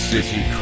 City